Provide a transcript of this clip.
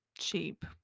cheap